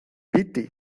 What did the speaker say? piti